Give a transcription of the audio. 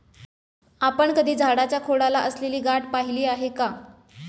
आपण कधी झाडाच्या खोडाला असलेली गाठ पहिली आहे का?